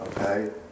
Okay